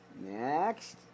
Next